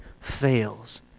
fails